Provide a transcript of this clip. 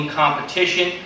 competition